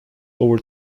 over